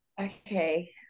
Okay